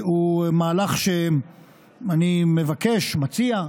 הוא מהלך שאני מבקש, מציע,